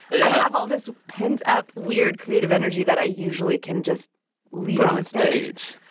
yeah have all this pent-up, weird, creative energy that i usually can just leave onstage